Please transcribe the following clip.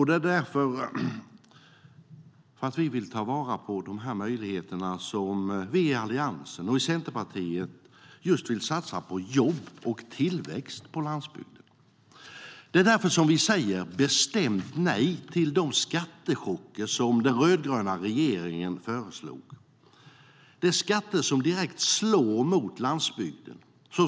Det är för att vi vill ta vara på de möjligheterna som vi i Alliansen och i Centerpartiet vill satsa just på jobb och tillväxt på landsbygden. Det är därför som vi bestämt säger nej till de skattechocker som den rödgröna regeringen föreslog. Det är skatter som direkt slår mot landsbygden.